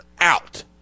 out